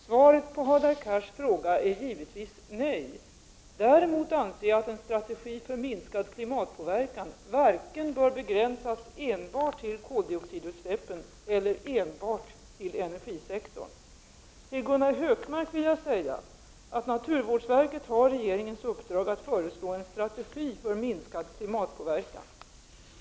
Svaret på Hadar Cars fråga är givetvis nej. Däremot anser jag att en strategi för minskad klimatpåverkan varken bör begränsas enbart till koldioxidutsläppen eller enbart till energisektorn. Till Gunnar Hökmark vill jag säga att naturvårdsverket har regeringens uppdrag att föreslå en strategi för minskad klimatpåverkan.